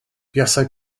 buasai